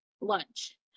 lunch